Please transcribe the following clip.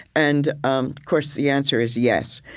and um course, the answer is yes.